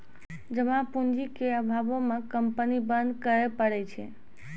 जमा पूंजी के अभावो मे कंपनी बंद करै पड़ै छै